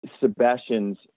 Sebastian's